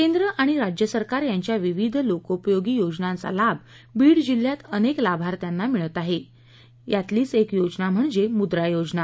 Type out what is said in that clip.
केंद्र आणि राज्य सरकार यांच्या विविध लोकोपयोगी योजनांचा लाभ बीड जिल्ह्यात अनेक लाभार्थ्यांना मिळत आहे यातलीच एक योजना म्हणजे मुद्रा योजना